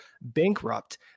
bankrupt